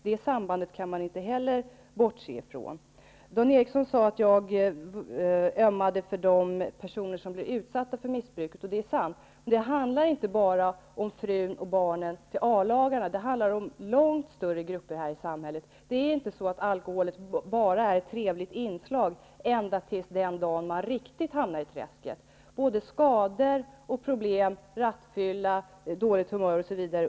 Det sambandet kan man inte heller bortse ifrån. Dan Eriksson sade att jag ömmade för de personer som blir utsatta för missbruk, och det är sant. Men det handlar inte bara om frun och barnen till A lagarna. Det handlar om långt större grupper här i samhället. Alkoholen är inte bara ett trevligt inslag ända till den dag man riktigt hamnar i träsket.